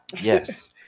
Yes